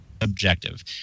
objective